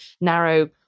narrow